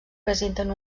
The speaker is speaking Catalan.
presenten